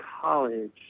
college